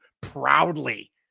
proudly